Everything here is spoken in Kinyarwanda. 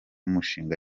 mushinga